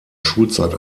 schulzeit